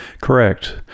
Correct